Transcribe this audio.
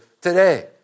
today